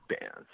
bands